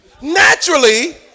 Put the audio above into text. Naturally